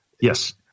Yes